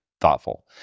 thoughtful